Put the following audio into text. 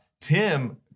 Tim